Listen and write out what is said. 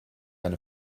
eine